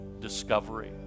discovery